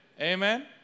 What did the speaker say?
Amen